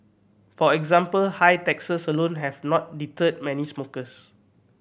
for example high taxes alone have not deterred many smokers